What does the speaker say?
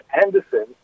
Anderson